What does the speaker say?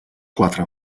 quatre